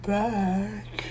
back